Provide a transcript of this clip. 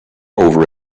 over